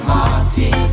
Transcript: Martin